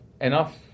enough